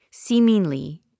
Seemingly